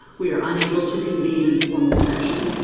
we are unable to convene informal session.